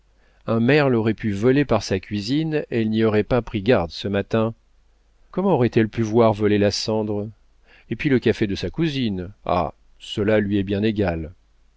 un merle aurait pu voler par sa cuisine elle n'y aurait pas pris garde ce matin comment aurait-elle pu voir voler la cendre et puis le café de sa cousine ah cela lui est bien égal